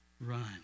Run